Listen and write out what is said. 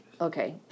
Okay